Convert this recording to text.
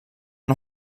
und